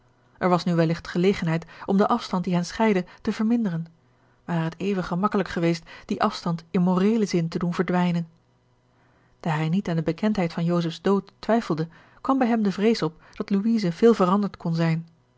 er was nu welligt gelegenheid om den afstand die hen scheidde te verminderen ware het even gemakkelijk geweest dien afstand in morelen zin te doen verdwijnen george een ongeluksvogel daar hij niet aan de bekendheid van josephs dood twijfelde kwam bij hem de vrees op dat louise veel veranderd kon zijn